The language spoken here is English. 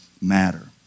matter